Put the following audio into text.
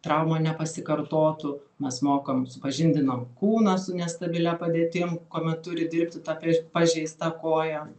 trauma nepasikartotų mes mokam supažindinom kūną su nestabilia padėtimi kuomet turi dirbti tą pie pažeista koja